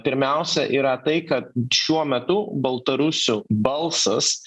pirmiausia yra tai kad šiuo metu baltarusių balsas